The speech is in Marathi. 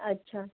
अच्छा